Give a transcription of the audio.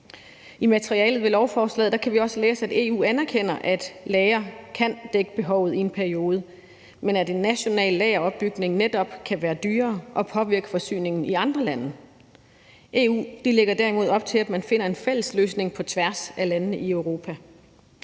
I materialet vedrørende lovforslaget kan vi også læse, at EU anerkender, at lagre kan dække behovet i en periode, men at en national lageropbygning netop kan være dyrere og påvirke forsyningen i andre lande. EU lægger derimod op til, at man finder en fælles løsning på tværs af landene i Europa.